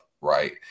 right